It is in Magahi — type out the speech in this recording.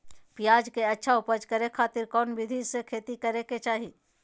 प्याज के अच्छा उपज करे खातिर कौन विधि से खेती करे के चाही?